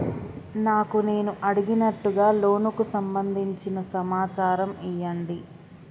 నాకు నేను అడిగినట్టుగా లోనుకు సంబందించిన సమాచారం ఇయ్యండి?